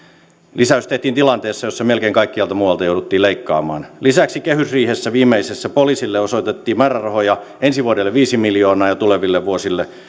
lisäys tehtiin tilanteessa jossa melkein kaikkialta muualta jouduttiin leikkaamaan lisäksi viimeisessä kehysriihessä poliisille osoitettiin määrärahoja ensi vuodelle viisi miljoonaa euroa ja tuleville vuosille